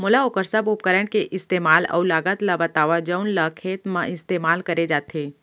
मोला वोकर सब उपकरण के इस्तेमाल अऊ लागत ल बतावव जउन ल खेत म इस्तेमाल करे जाथे?